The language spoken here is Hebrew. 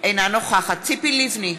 אינה נוכחת ציפי לבני,